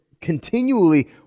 continually